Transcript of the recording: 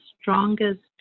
strongest